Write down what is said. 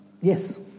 Yes